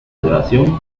adoración